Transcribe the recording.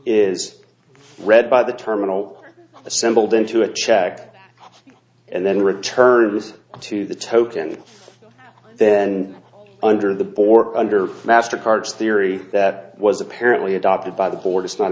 is read by the terminal assembled into a check and then returns to the token then under the bor under the master cards theory that was apparently adopted by the board it's not